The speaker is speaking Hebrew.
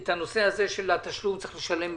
את הנושא הזה של התשלום צריך לשלם מיד.